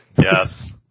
Yes